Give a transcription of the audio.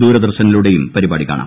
ദൂരദർശനിലൂടെയും പരിപാടി കാണാം